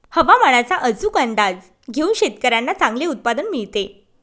हवामानाचा अचूक अंदाज घेऊन शेतकाऱ्यांना चांगले उत्पादन मिळते